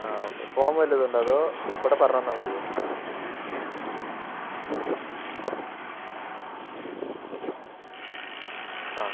ആ okay form വലതുമുണ്ടോ അതോ ഇവിടെ പറഞ്ഞു തന്നാൽ മതിയോ ആ